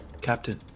Captain